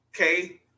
Okay